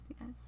Yes